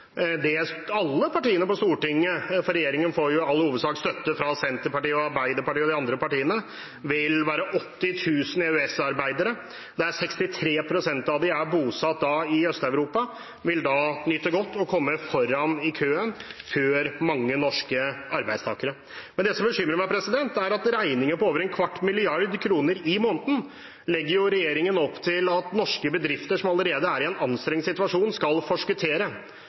det gjelder alle partiene på Stortinget, for regjeringen får jo i all hovedsak støtte fra Senterpartiet og Arbeiderpartiet og de andre partiene. Det vil være 80 000 EØS-arbeidere, og 63 pst. av dem er bosatt i Øst-Europa, som vil nyte godt av dette og komme foran i køen før mange norske arbeidstakere. Men det som bekymrer meg, er at regningen på over en kvart milliard kroner i måneden legger regjeringen opp til at norske bedrifter som allerede er i en anstrengt situasjon, skal forskuttere.